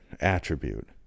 attribute